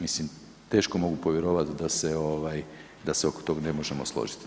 Mislim, teško mogu povjerovati da se oko tog ne možemo složiti.